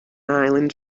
island